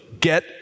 get